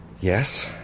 Yes